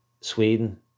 Sweden